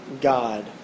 God